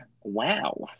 wow